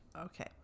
Okay